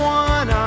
one